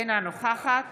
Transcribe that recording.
אינה נוכחת